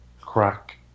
crack